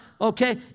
okay